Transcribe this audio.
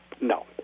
no